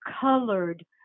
colored